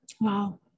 wow